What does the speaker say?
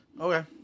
Okay